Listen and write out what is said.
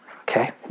Okay